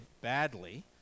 badly